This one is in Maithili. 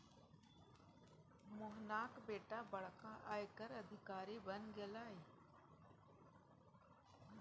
मोहनाक बेटा बड़का आयकर अधिकारी बनि गेलाह